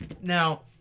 Now